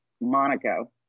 Monaco